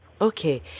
Okay